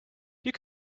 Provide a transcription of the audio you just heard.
you